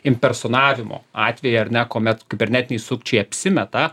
impersonavimo atvejai ar ne kuomet kibernetiniai sukčiai apsimeta